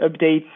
updates